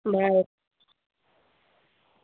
bye